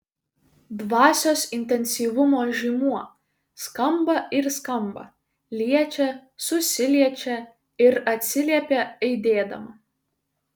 dvasios intensyvumo žymuo skamba ir skamba liečia susiliečia ir atsiliepia aidėdama